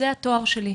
זה התואר שלי.